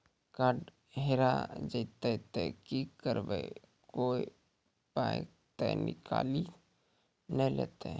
Card हेरा जइतै तऽ की करवै, कोय पाय तऽ निकालि नै लेतै?